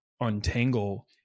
untangle